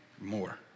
more